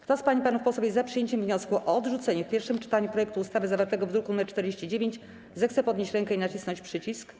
Kto z pań i panów posłów jest za przyjęciem wniosku o odrzucenie w pierwszym czytaniu projektu ustawy zawartego w druku nr 49, zechce podnieść rękę i nacisnąć przycisk.